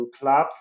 clubs